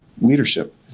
Leadership